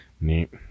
neat